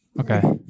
Okay